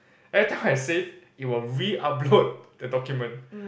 every time I save it will reupload the document